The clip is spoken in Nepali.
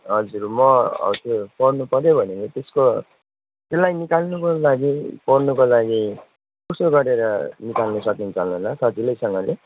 हजुर म हौ त्यो पढ्नु पऱ्यो भनेर त्यसको त्यसलाई निकाल्नुको लागि पढ्नुको लागि कसो गरेर निकाल्नु सकिन्छ होला सजिलैसँगले